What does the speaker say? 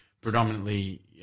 predominantly